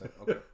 Okay